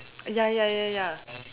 ya ya ya ya